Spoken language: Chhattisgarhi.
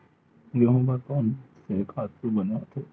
गेहूं बर कोन से खातु बने होथे?